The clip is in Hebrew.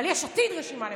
אבל יש עתיד רשימה לבנה.